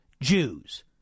Jews